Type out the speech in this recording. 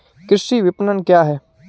कृषि विपणन क्या है?